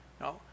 no